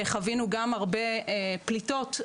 חווינו גם הרבה פליטות,